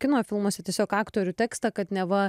kino filmuose tiesiog aktorių tekstą kad neva